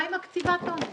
עם קציבת העונש?